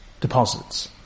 deposits